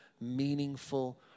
meaningful